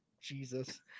Jesus